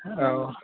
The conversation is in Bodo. औ